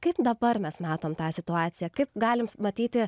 kaip dabar mes matome tą situaciją kaip galime matyti